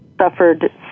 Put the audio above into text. suffered